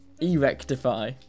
E-rectify